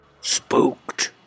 Spooked